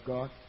God